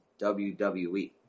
WWE